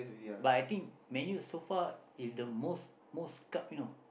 but I think man you so far is the most most cup you know